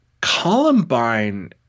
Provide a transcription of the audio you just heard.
Columbine